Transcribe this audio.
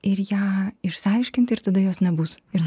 ir ją išsiaiškinti ir tada jos nebus ir